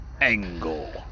Angle